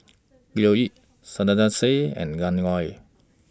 Leo Yip Sarkasi Said and Lan Loy